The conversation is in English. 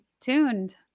tuned